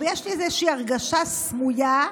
ויש לי איזושהי הרגשה סמויה,